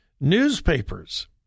Newspapers